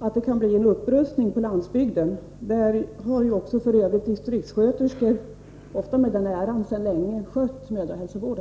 att det kan bli en upprustning på landsbygden. Där har ju f. ö. distriktssköterskor — ofta med den äran — sedan länge skött mödrahälsovården.